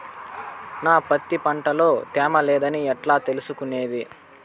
నా పత్తి పంట లో తేమ లేదని ఎట్లా తెలుసుకునేది?